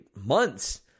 months